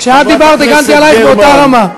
כשאת דיברת הגנתי עלייך באותה רמה.